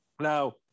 Now